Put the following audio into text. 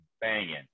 banging